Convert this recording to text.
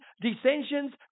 dissensions